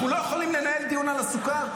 אנחנו לא יכולים לנהל דיון על הסוכר,